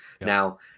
Now